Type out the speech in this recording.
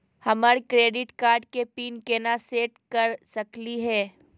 हमर credit card के PIN केना सेट कर सकली हे?